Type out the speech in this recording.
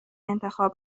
انتخاب